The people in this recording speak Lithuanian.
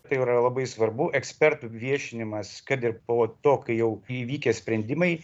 tai yra labai svarbu ekspertų viešinimas kad ir po to kai jau įvykę sprendimai